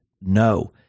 no